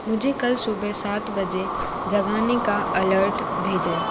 मुझे कल सुबह सात बजे जगाने का अलर्ट भेजें